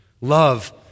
Love